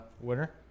winner